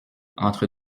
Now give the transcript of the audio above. entre